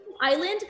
Island